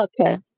Okay